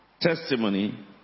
testimony